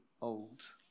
old